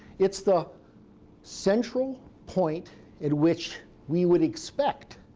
it's the central point at which we would expect